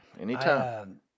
Anytime